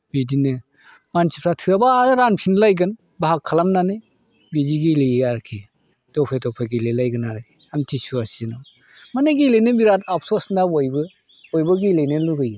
बिदिनो मानसिफ्रा थोआबा आरो रानफिनलायगोन बाहाग खालामनानै बिदि गेलेयो आरोखि दफा दफा गेलेलायगोन आरो आमतिसुवा सिजोनाव माने गेलेनो बिराद आपससना बयबो बयबो गेलेनो लुबैयो